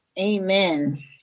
Amen